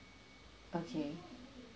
okay